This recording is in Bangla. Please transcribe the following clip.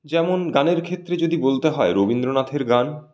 যেমন গানের ক্ষেত্রে যদি বলতে হয় রবীন্দ্রনাথের গান